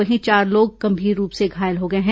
वहीं चार लोग गंभीर रूप से घायल हो गए हैं